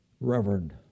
reverend